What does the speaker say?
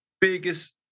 biggest